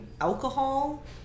alcohol